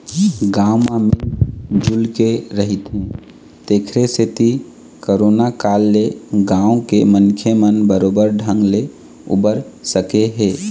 गाँव म मिल जुलके रहिथे तेखरे सेती करोना काल ले गाँव के मनखे मन बरोबर ढंग ले उबर सके हे